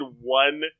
one